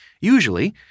Usually